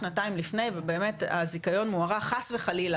שנתיים לפני ובאמת הזיכיון מוארך חס וחלילה